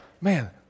man